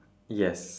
yes